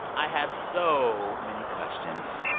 i have so many questions